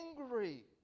angry